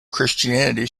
christianity